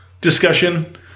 discussion